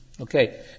Okay